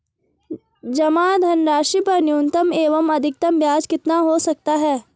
जमा धनराशि पर न्यूनतम एवं अधिकतम ब्याज कितना हो सकता है?